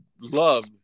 love